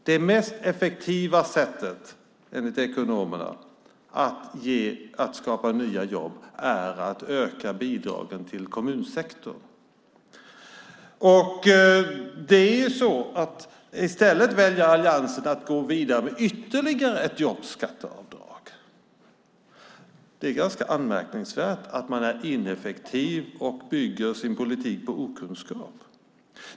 Det mest effektiva sättet enligt ekonomerna att skapa nya jobb är att öka bidragen till kommunsektorn. I stället väljer alliansen att gå vidare med ytterligare ett jobbskatteavdrag. Det är ganska anmärkningsvärt att man är ineffektiv och bygger sin politik på okunskap.